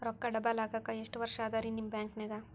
ರೊಕ್ಕ ಡಬಲ್ ಆಗಾಕ ಎಷ್ಟ ವರ್ಷಾ ಅದ ರಿ ನಿಮ್ಮ ಬ್ಯಾಂಕಿನ್ಯಾಗ?